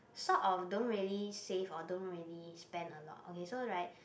so I will don't really save or don't really spend a lot okay so right